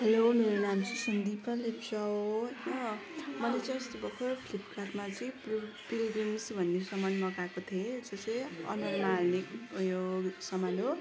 hello मेरो नाम चाहिँ सन्दिपा लेप्चा हो होइन मैले चाहिँ अस्ति भर्खर फ्लिपकार्टमा चाहिँ पिलग्रिम्स भन्ने सामान मगाएको थिएँ जो चाहिँ अनुहारमा हाल्ने उयो सामान हो